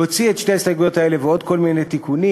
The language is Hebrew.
להוציא שתי ההסתייגויות האלה ועוד כל מיני תיקונים,